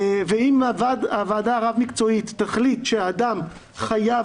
ואם הוועדה הרב-מקצועית תחליט שהאדם חייב